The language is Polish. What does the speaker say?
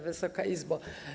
Wysoka Izbo!